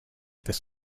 this